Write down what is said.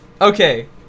Okay